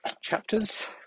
chapters